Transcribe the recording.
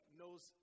knows